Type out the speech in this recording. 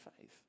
faith